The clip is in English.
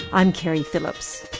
i'm keri phillips.